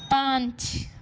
پانچ